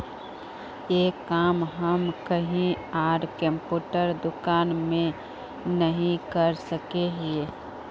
ये काम हम कहीं आर कंप्यूटर दुकान में नहीं कर सके हीये?